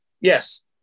Yes